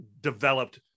developed